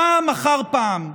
פעם אחר פעם,